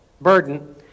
burden